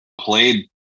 played